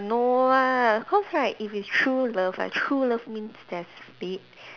no lah cause right if it's true love ah true love means there's fate